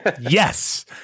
Yes